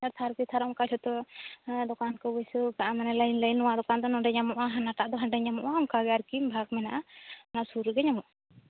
ᱛᱷᱟᱨ ᱠᱮ ᱛᱷᱟᱨ ᱚᱱᱠᱟ ᱡᱚᱛᱚ ᱫᱚᱠᱟᱱ ᱠᱚ ᱵᱟᱹᱥᱟᱹᱣ ᱠᱟᱜᱼᱟ ᱞᱟᱹᱭᱤᱱ ᱞᱟᱹᱭᱤᱱ ᱱᱚᱶᱟ ᱫᱚᱠᱟᱱ ᱫᱚ ᱱᱚᱰᱮ ᱧᱟᱢᱚᱜᱼᱟ ᱦᱟᱱᱟ ᱴᱟᱜ ᱫᱚ ᱦᱟᱰᱮ ᱧᱟᱢᱚᱜᱼᱟ ᱚᱱᱠᱟ ᱜᱮ ᱟᱨᱠᱤ ᱵᱷᱟᱜ ᱢᱮᱱᱟᱜᱼᱟ ᱚᱱᱟ ᱥᱨ ᱨᱮᱜᱮ ᱧᱟᱢᱚᱜᱼᱟ